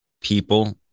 people